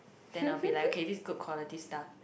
then I'll be like okay this is good quality stuff